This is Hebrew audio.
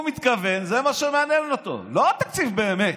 זה מה שמעניין אותו, לא התקציב באמת.